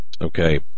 okay